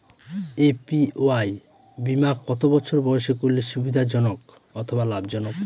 APY বীমা কত বছর বয়সে করলে সুবিধা জনক অথবা লাভজনক?